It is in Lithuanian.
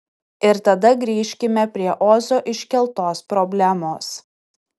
ir tada grįžkime prie ozo iškeltos problemos